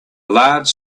large